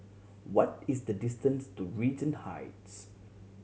what is the distance to Regent Heights